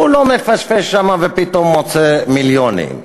הוא לא מפשפש שם ופתאום מוצא מיליונים.